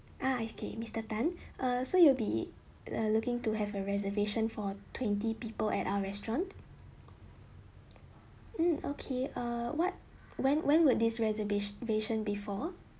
ah okay mister tan err so you'll be uh looking to have a reservation for twenty people at our restaurant mm okay uh what when when would this reservation be fall